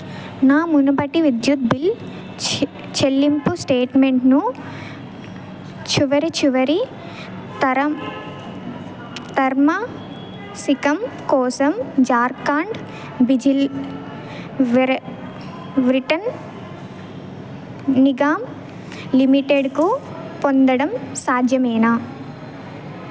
నా మునుపటి విద్యుత్ బిల్ చె చెల్లింపు స్టేట్మెంట్ను చివరి చివరి తరం తర్మా సికం కోసం జార్ఖండ్ బిజ్లి వ్రే వ్రిటన్ నిగమ్ లిమిటెడ్కు పొందడం సాధ్యమేనా